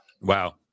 Wow